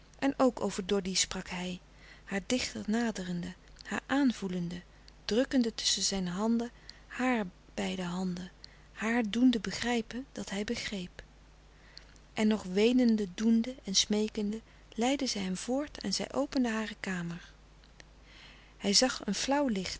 en ook over doddy sprak hij haar dichter naderende haar aanvoelende drukkende tusschen zijn handen hare beide handen haar doende begrijpen dat hij begreep en nog weenende doende en smeekende leidde zij hem voort en zij opende hare kamer hij zag een flauw licht